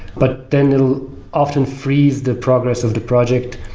but then it will often freeze the progress of the project.